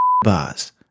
bars